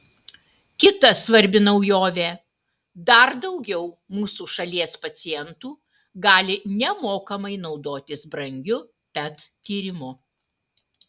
kita svarbi naujovė dar daugiau mūsų šalies pacientų gali nemokamai naudotis brangiu pet tyrimu